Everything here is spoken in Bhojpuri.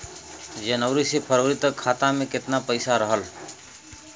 जनवरी से फरवरी तक खाता में कितना पईसा रहल?